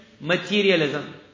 materialism